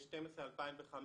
2012-2015